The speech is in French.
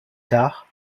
tard